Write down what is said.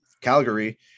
Calgary